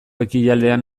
ekialdean